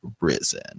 risen